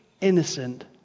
innocent